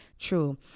True